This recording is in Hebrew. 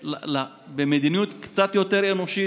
במדיניות לקצת יותר אנושית,